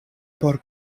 por